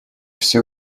все